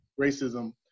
racism